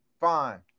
Fine